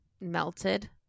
melted